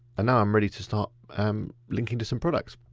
ah now, i'm ready to start um linking to some products.